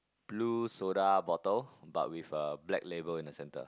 blue soda bottle but with a black label in the center